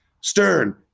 stern